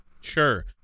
Sure